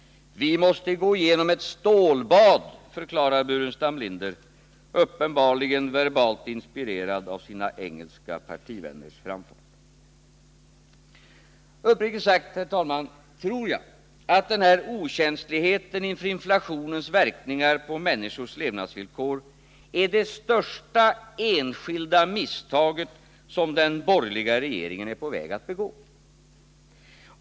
Vi måste gå igenom ett stålbad, förklarar Burenstam Linder, uppenbarligen inspirerad av sina engelska partivänners framfart. Uppriktigt sagt, herr talman, tror jag att den här okänsligheten inför inflationens verkningar på människors levnadsvillkor är det största enskilda misstaget som den borgerliga regeringen är på väg att begå.